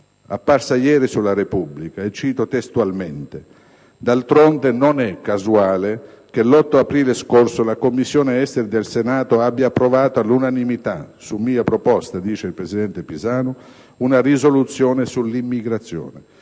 apparsa ieri su «la Repubblica», che cito testualmente: «D'altronde, non è casuale che l'8 aprile scorso la Commissione esteri del Senato abbia approvato all'unanimità, su mia proposta, una risoluzione sull'immigrazione